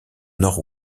nord